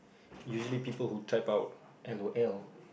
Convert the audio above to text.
usually people who type out L O L